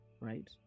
Right